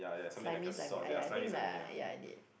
slimy slimy !aiya! I think like ya I did